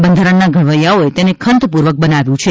બંધારણના ઘડવૈયાઓએ તેને ખંતપૂર્વક બનાવ્યું છે